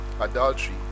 adultery